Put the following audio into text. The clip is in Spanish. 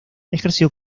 ejerció